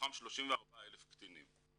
מתוכם 34,000 קטינים.